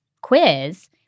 quiz